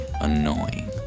annoying